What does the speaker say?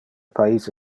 pais